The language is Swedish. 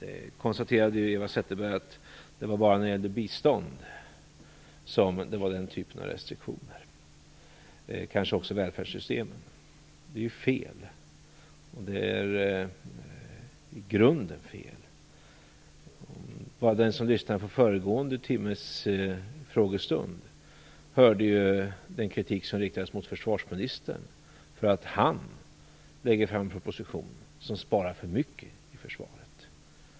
Eva Zetterberg konstaterade att den typen av restriktioner bara gäller bistånd - kanske också välfärdssystemen. Det är i grunden fel. Den som lyssnade på föregående timmes frågestund hörde den kritik som riktades mot försvarsministern för att han lägger fram en proposition som föreslår för stora besparingar i försvaret.